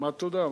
מה, "תודה"?